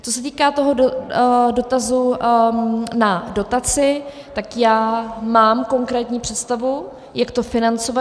Co se týká toho dotazu na dotaci, tak já mám konkrétní představu, jak to financovat.